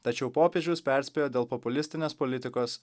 tačiau popiežius perspėjo dėl populistinės politikos